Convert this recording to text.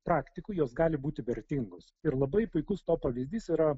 praktikų jos gali būti vertingos ir labai puikus to pavyzdys yra